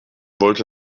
wollte